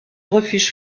refuge